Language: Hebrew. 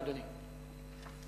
בבקשה, אדוני,